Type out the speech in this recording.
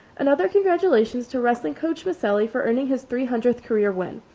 another congratulations to wrestling coach miceli for earning his three hundredth career win.